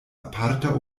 aparta